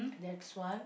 that's one